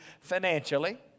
financially